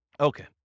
Okay